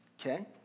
okay